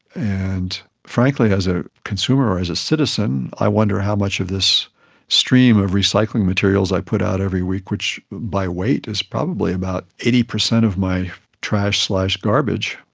and frankly as a consumer or as a citizen i wonder how much of this stream of recycling materials i put out every week, which by weight is probably about eighty percent of my trash garbage,